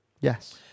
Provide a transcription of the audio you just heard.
Yes